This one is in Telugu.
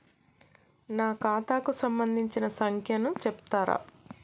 నా ఖాతా కు సంబంధించిన సంఖ్య ను చెప్తరా?